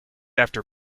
after